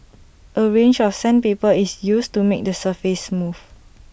A range of sandpaper is used to make the surface smooth